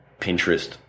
Pinterest